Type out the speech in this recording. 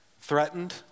Threatened